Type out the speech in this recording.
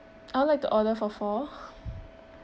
I'd like to order for four